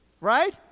Right